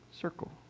Circle